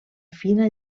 fina